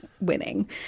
winning